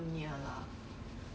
still thinking if I should go